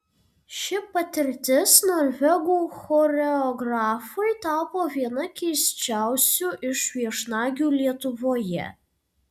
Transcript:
ši patirtis norvegų choreografui tapo viena keisčiausių iš viešnagių lietuvoje